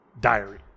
diary